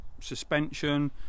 suspension